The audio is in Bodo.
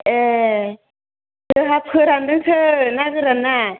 ए जोंहा फोरान्दोंसो ना गोराना